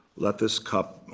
let this cup,